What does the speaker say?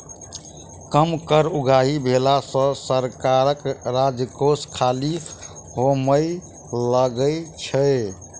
कम कर उगाही भेला सॅ सरकारक राजकोष खाली होमय लगै छै